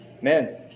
men